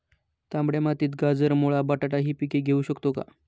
तांबड्या मातीत गाजर, मुळा, बटाटा हि पिके घेऊ शकतो का?